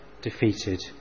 defeated